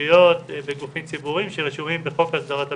תשתיות וגופים ציבוריים שרשומים בחוק הסדרת הבטחון.